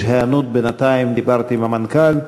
יש היענות בינתיים, דיברתי עם המנכ"ל,